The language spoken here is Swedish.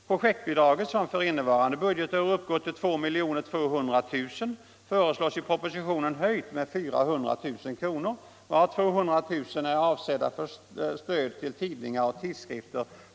Projektbidraget, som för innevarande budgetår uppgår till 2 200 000 kr., föreslås i propositionen höjt med 400 000 kr., varav 200 000 kr.